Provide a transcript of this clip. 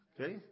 okay